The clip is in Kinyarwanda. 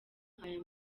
aya